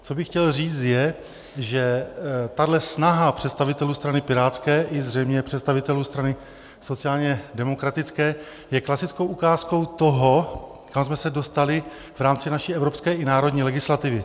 Co bych chtěl říct, je, že tahle snaha představitelů pirátské strany i zřejmě představitelů České strany sociálně demokratické je klasickou ukázkou toho, kam jsme se dostali v rámci naší evropské i národní legislativy.